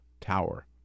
Tower